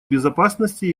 безопасности